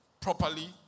properly